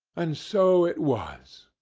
and so it was!